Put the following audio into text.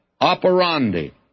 operandi